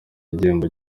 igihembo